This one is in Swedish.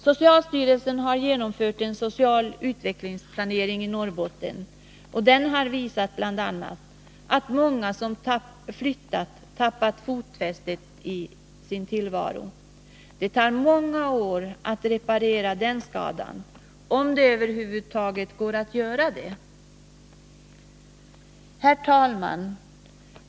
Socialstyrelsen har genomfört en social utvecklingsplanering i Norrbotten, och den har bl.a. visat att många som flyttat har tappat fotfästet i sin tillvaro. Det tar många år att reparera den skadan — om det över huvud taget går att göra det. Herr talman!